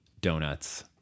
donuts